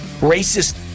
racist